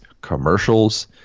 commercials